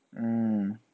mm